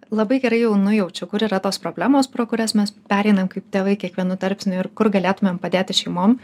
labai gerai jau nujaučiu kur yra tos problemos pro kurias mes pereinam kaip tėvai kiekvienu tarpsniu ir kur galėtumėm padėti šeimom